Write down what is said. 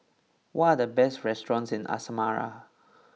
what are the best restaurants in Asmara